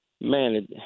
man